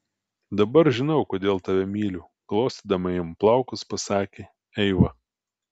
dabar žinau kodėl tave myliu glostydama jam plaukus pasakė eiva